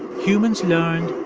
humans learned